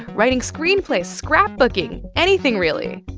writing screenplays, scrapbooking anything, really.